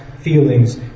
feelings